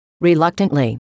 Reluctantly